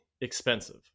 expensive